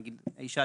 למשל: האישה,